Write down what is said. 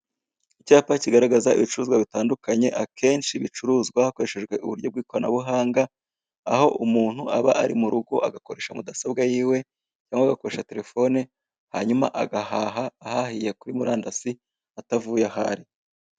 Icyapa kigaragaza ibicuruzwa bitandukanye, akenshi bicuruzwa kahoreshejwe uburyo bw'ikoranabuhanga, aho umuntu aba ari mu rugo, agakoresha mudasobwa y'iwe, cyangwa agakoresha telefone, hanyuma agahaha, ahahiye kuri murandasi, atavuye aho ari.